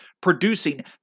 producing